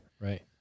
right